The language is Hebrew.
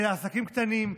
אלה עסקים קטנים,